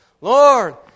Lord